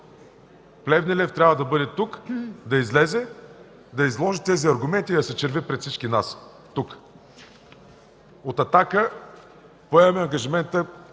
Плевнелиев трябва да бъде тук, да излезе и да изложи своите аргументи и да се черви пред всички нас. От „Атака” поемаме ангажимента